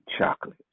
chocolate